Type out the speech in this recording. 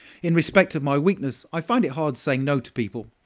in respect of my weakness, i find it hard saying no to people.